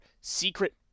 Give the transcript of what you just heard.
secret